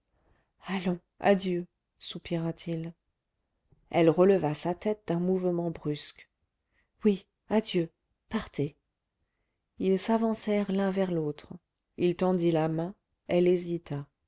allons adieu soupira-t-il elle releva sa tête d'un mouvement brusque oui adieu partez ils s'avancèrent l'un vers l'autre il tendit la main elle hésita